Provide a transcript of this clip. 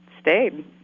stayed